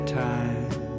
time